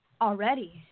already